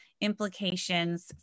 implications